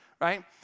right